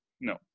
no